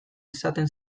esaten